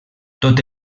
tot